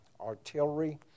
artillery